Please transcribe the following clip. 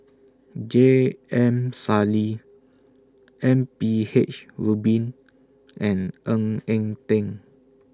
J M Sali M B H Rubin and Ng Eng Teng